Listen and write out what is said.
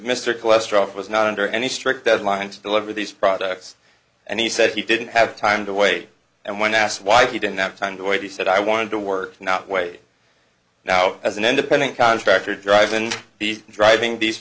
mr cholesterol was not under any strict deadlines deliver these products and he said he didn't have time to wait and when asked why he didn't have time to wait he said i wanted to work not wait now as an independent contractor drives and be driving these